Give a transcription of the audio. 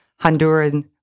Honduran